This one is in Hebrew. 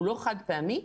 הוא לא חד פעמי.